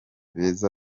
beza